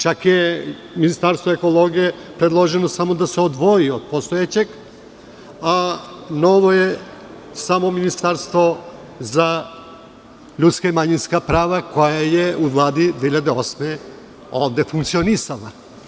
Čak je ministarstvo ekologije predloženo samo da se odvoji od postojećeg, a novo je samo ministarstvo za ljudska i manjinska prava, koja je u Vladi 2008. godine ovde funkcionisala.